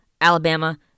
Alabama